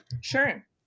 Sure